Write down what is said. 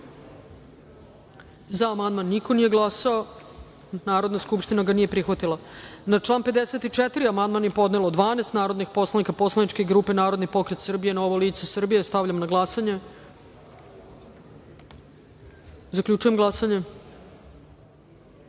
glasao za ovaj amandman. Narodna skupština ga nije prihvatila. Na član 125. amandman je podnelo 12 narodnih poslanika poslaničke grupe Narodni pokret Srbije-Novo lice Srbije. Stavljam na glasanje. Zaključujem glasanje: